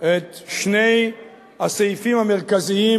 את שני הסעיפים המרכזיים